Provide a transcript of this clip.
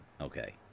okay